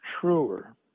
truer